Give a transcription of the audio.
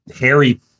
Harry